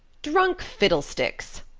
drunk fiddlesticks!